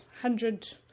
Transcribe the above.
hundred